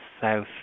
south